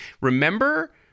Remember